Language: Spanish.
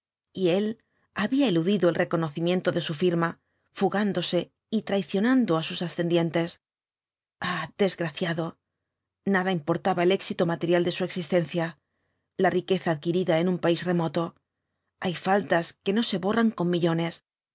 y él había eludido el reconocimiento de su firma fugándose y traicionando á sus ascendientes ah desgraciado nada importaba el éxito material de su existencia la riqueza adquirida en un país remoto hay faltas que no se borran con millones